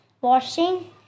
washing